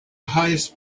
highest